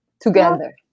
together